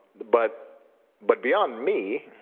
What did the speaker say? but but beyond me,